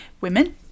women